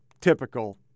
typical